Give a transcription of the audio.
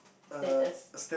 featest